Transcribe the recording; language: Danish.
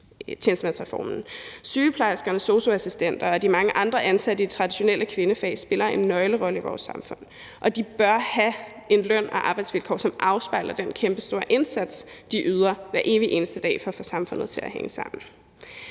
Sygeplejerskerne, sosu-assistenterne og de mange andre ansatte i traditionelle kvindefag spiller en nøglerolle i vores samfund, og de bør have en løn og arbejdsvilkår, som afspejler den kæmpestore indsats, de yder hver evig eneste dag for at få samfundet til at hænge sammen.